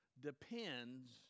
depends